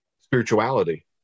spirituality